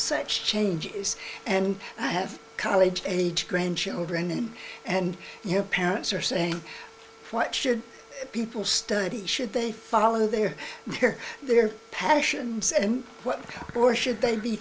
such changes and i have college age grandchildren and your parents are saying what should people study should they follow their or their passions and what or should they be